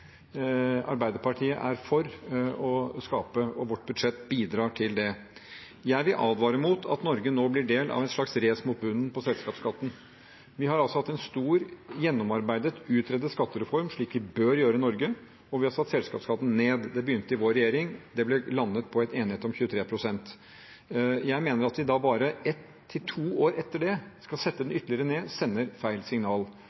Arbeiderpartiet er for å skape, og vårt budsjett bidrar til det. Jeg vil advare mot at Norge nå blir en del av et race mot bunnen på selskapsskatten. Vi har hatt en stor, gjennomarbeidet og utredet skattereform, slik vi bør ha i Norge, og vi har satt selskapsskatten ned. Det begynte i vår regjering. Det ble landet på en enighet om 23 pst. Jeg mener at om vi da bare ett til to år etter skal sette den ytterligere ned, sender det feil signal,